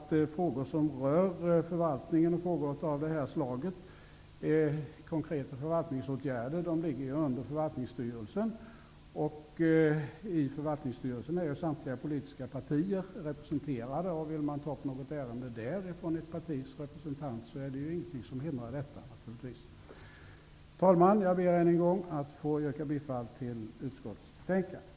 Frågor som rör konkreta förvaltningsåtgärder sorterar under förvaltningsstyrelsen, och i den är samtliga politiska partier representerade. Om ett partis representant där vill ta upp ett ärende, är det ingenting som hindrar detta. Herr talman! Jag yrkar bifall till utskottets hemställan.